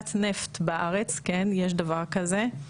מציאת נפט בארץ, כן, יש דבר כזה.